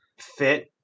Fit